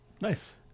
Nice